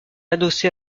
adossés